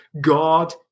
God